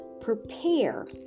prepare